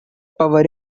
power